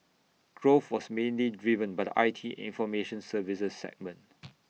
growth was mainly driven by the I T information services segment